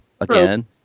again